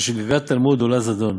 ששגגת התלמוד עולה זדון.